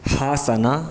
Hassan